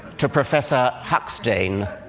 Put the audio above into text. to professor huxtane